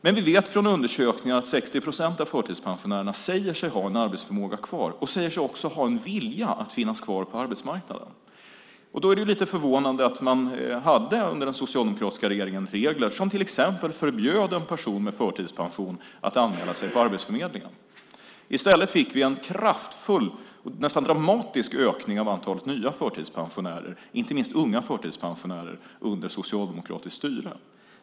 Men vi vet från undersökningar att 60 procent av förtidspensionärerna säger sig ha en arbetsförmåga kvar och säger sig också ha en vilja att finnas kvar på arbetsmarknaden. Då är det lite förvånande att man under den socialdemokratiska regeringen hade regler som till exempel förbjöd en förtidspensionär att anmäla sig på Arbetsförmedlingen. I stället fick vi en kraftfull, nästan dramatisk, ökning av antalet nya förtidspensionärer, inte minst unga förtidspensionärer, under socialdemokratiskt styre.